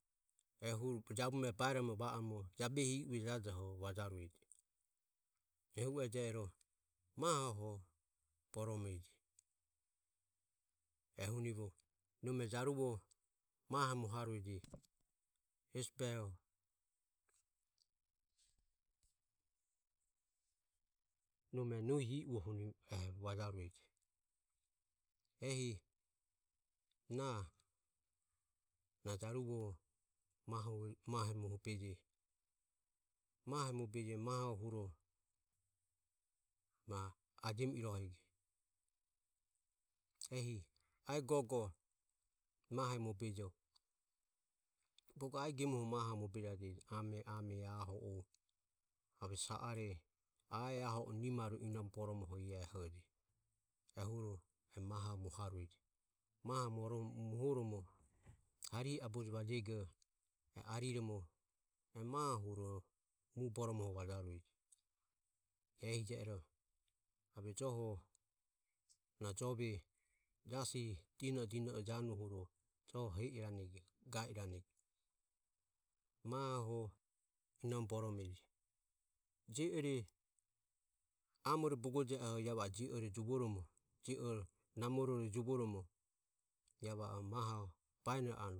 Ehuro jabume baeromo va oromo jabehi ieue jadoho vajarueje ehu e je ero mahoho boromeje ehunivo nome jaruvoho mahoho mohaureje hesi behoho nome nohi ieuo huni eho vajaureje ehi na. na jaruvoho mahoho mahe mobeje mahe mobeje maho huro na ajemi irohego iae gogo mahe mobejo bogo iae gemuoho mahoho mobejaureje ame ame aho o ave sa are iae aho o nimarue ave inomo boromo iae ehuro e mahoho mohaureje mahoho mohoromo harihe aboje vajego ariromo e maho huro mue boromoho vajarueje ehi je ero ave joho na jove jasi dino e dino e januohuro ave joho he irane ga irane mahoho inomo borome je. je ore amore bogo je oho iae va o je ore juvoromo je ore namorore juvoromo iae va o mahoho bae anue.